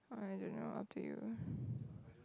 uh I don't knwo up to you